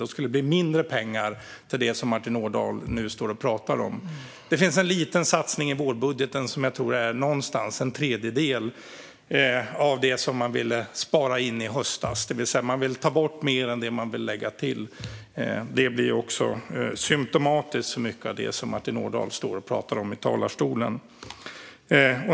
Det skulle då bli mindre pengar till det som Martin Ådahl nu pratar om. Det finns en liten satsning i vårbudgeten som jag tror är omkring en tredjedel av det som man ville spara in i höstas. Man vill alltså ta bort mer än man vill lägga till. Det är symtomatiskt för mycket av det Martin Ådahl pratar om i talarstolen.